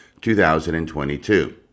2022